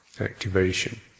activation